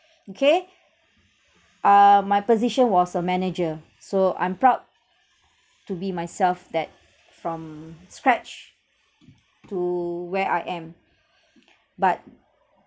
okay uh my position was a manager so I'm proud to be myself that from scratch to where I am but